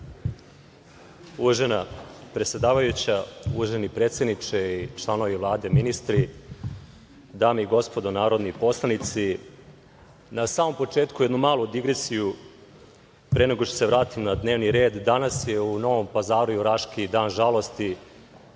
Uvažena predsedavajuća, uvaženi predsedniče i članovi Vlade, ministri, dame i gospodo narodni poslanici, na samom početku jednu malu digresiju pre nego što se vratim na dnevni red. Danas je u Novom Pazaru i u Raški dan žalosti